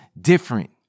different